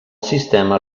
sistema